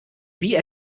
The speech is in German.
wie